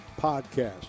podcast